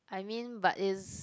I mean but is